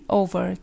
over